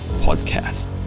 Podcast